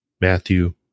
Matthew